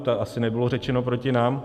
To asi nebylo řečeno proti nám.